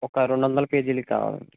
ఒక రెండు వందలు పేజీలవి కావాలండి